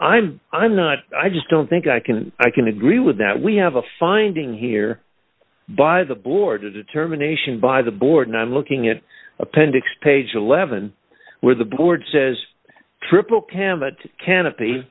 i'm i'm not i just don't think i can i can agree with that we have a finding here by the board a determination by the board and i'm looking at appendix page eleven where the board says triple kim but canopy